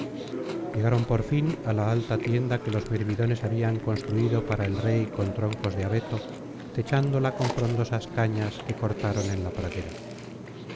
llegaron por fin á la alta tienda que los mirmidones habían construido para el rey con troncos de abeto techándola con frondosas cañas que cortaron en la pradera